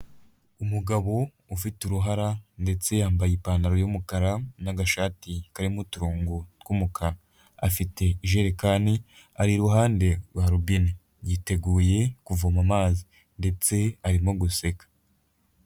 Umugabo ufite uruhara ndetse yambaye ipantaro y'umukara n'agashati karimo uturungo tw'umukara, afite ijerekani ari iruhande rwa robine yiteguye kuvoma amazi ndetse arimo guseka.